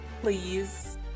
please